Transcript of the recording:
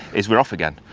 is we're off again.